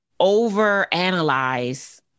overanalyze